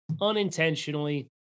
unintentionally